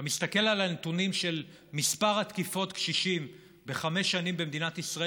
אתה מסתכל על הנתונים של מספר תקיפות קשישים בחמש שנים במדינת ישראל,